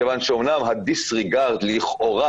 מכיוון שאומנם הדיסריגרד לכאורה,